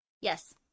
Yes